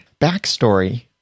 backstory